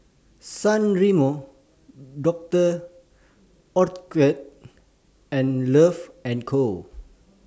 San Remo Dr Oetker and Love and Co